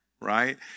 right